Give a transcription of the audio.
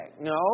No